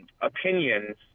opinions